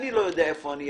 אני לא יודע איפה אהיה